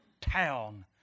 town